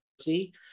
see